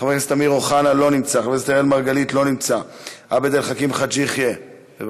לא נמצא, חבר